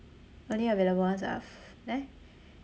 only available ones are f~ there